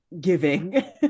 giving